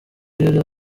yari